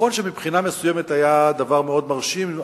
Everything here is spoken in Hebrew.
נכון שמבחינה מסוימת היה דבר מאוד מרשים.